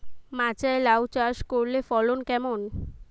মাচায় লাউ চাষ করলে ফলন কেমন?